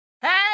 Hey